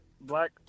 Black